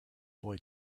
boy